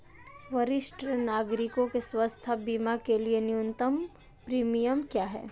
वरिष्ठ नागरिकों के स्वास्थ्य बीमा के लिए न्यूनतम प्रीमियम क्या है?